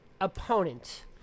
opponent